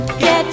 get